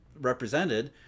represented